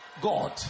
God